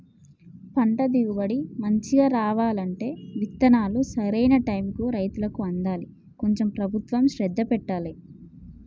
పంట దిగుబడి మంచిగా రావాలంటే విత్తనాలు సరైన టైముకు రైతులకు అందాలి కొంచెం ప్రభుత్వం శ్రద్ధ పెట్టాలె